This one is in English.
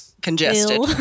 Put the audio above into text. congested